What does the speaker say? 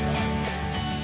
yeah